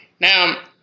Now